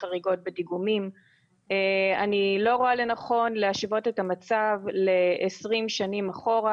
אני לא רואה לנכון להשוות את המצב לעשרים שנים אחורה